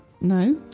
No